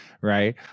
Right